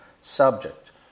subject